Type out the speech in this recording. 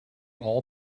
all